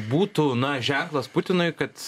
būtų na ženklas putinui kad